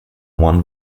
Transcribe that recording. one